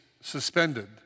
suspended